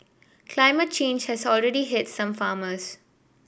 climate change has already hit some farmers